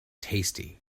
tasty